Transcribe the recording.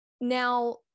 Now